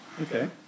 Okay